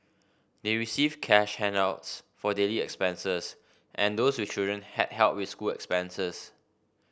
they received cash handouts for daily expenses and those with children had help with school expenses